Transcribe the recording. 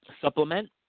supplement